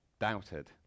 doubted